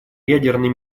ядерной